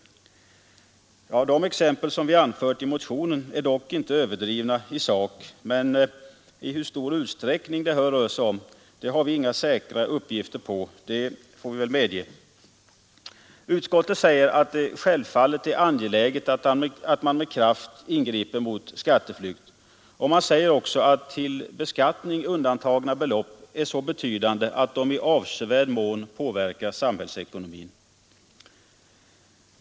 De exempel som vi anfört i motionen är icke överdrivna i sak, men i hur stor utsträckning denna skatteflykt förekommer har vi inga säkra uppgifter på, det får vi väl medge. Utskottet säger att det självfallet är angeläget att man med kraft ingriper mot skatteflykt. Man säger också att från beskattning undantagna belopp är så betydande att de i avsevärd mån påverkar samhälls ekonomin.